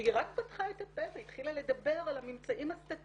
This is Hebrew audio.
והיא רק פתחה את הפה והתחילה לדבר על הממצאים הסטטיסטיים,